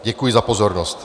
Děkuji za pozornost.